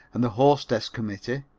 and the hostess committee.